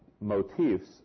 motifs